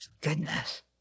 Goodness